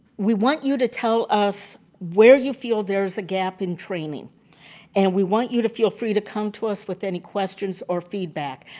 we want you to tell us where you feel there is a gap in training and we want you to feel free to come to us with any questions or feedback.